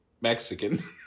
Mexican